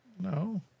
no